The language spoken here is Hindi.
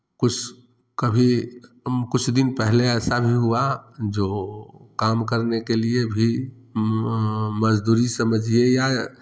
कुछ कभी कुछ दिन पहले ऐसा भी हुआ जो काम करने के लिए भी मजदूरी समझिए या